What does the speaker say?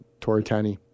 toritani